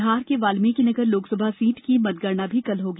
बिहार के वाल्मिकि नगर लोकसभा सीट की भी मतगणना कल होगी